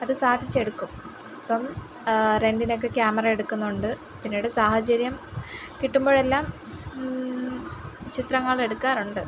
അത് സാധിച്ചെടുക്കും ഇപ്പോള് റെൻറ്റിനക്കെ ക്യാമറ എടുക്കുന്നുണ്ട് പിന്നീട് സാഹചര്യം കിട്ടുമ്പൊഴെല്ലാം ചിത്രങ്ങളെടുക്കാറുണ്ട്